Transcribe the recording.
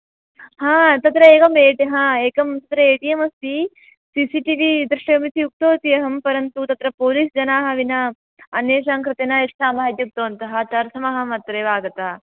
आम् तत्र एकं आम् एकं तत्र एकम् ए टि एम् अस्ति सिसिटिवि द्रष्टव्यमिति उक्तवती अहं परन्तु तत्र पोलिस् जनाः विना अन्येषां कृते न यच्छामः इति उक्तवन्तः तदर्थम् अहम् अत्रैव आगता